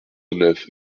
neuf